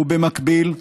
ובמקביל,